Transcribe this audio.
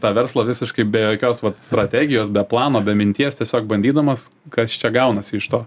tą verslą visiškai be jokios strategijos be plano be minties tiesiog bandydamas kas čia gaunasi iš to